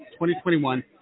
2021